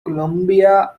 columbia